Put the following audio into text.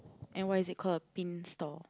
and what is it called a pin stall